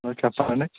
చెప్పండి